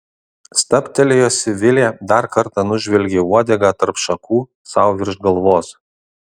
stabtelėjusi vilė dar kartą nužvelgė uodegą tarp šakų sau virš galvos